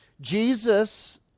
Jesus